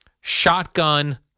shotgun